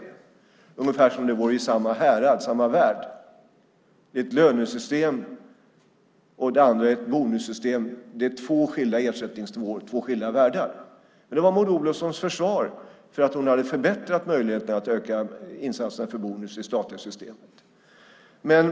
Det är ungefär som om ett lönesystem och ett bonussystem vore i samma härad, i samma värld. Det är två skilda ersättningsnivåer, två skilda världar. Men det var Maud Olofssons försvar för att hon hade förbättrat möjligheten att öka insatserna för bonus i det statliga systemet.